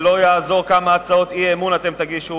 לא יעזור כמה הצעות אי-אמון אתם תגישו